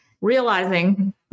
realizing